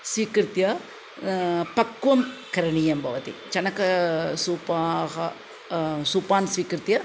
स्वीकृत्य पक्वं करणीयं भवति चणकसूपः सूपान् स्वीकृत्य